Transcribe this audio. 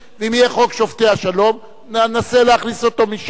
ואם יהיה חוק שופטי השלום, ננסה להכניס אותו משם.